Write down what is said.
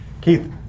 Keith